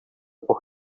por